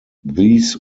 these